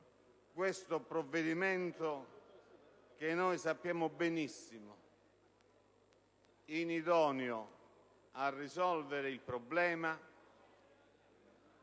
questo provvedimento che sappiamo benissimo essere inidoneo a risolvere il problema,